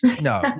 no